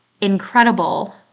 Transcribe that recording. incredible